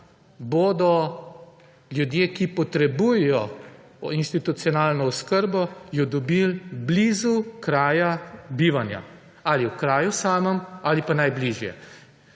bodo ljudje, ki potrebujejo institucionalno oskrbo, jo dobili blizu kraja bivanja ali v kraju samem ali pa najbližje.